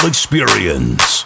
Experience